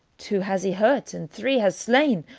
two has he hurt, and three has slain,